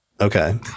Okay